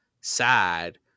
sad